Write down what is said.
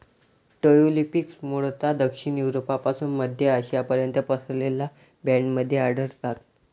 tulips मूळतः दक्षिण युरोपपासून मध्य आशियापर्यंत पसरलेल्या बँडमध्ये आढळतात